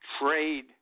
trade